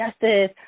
justice